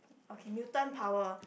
okay mutant power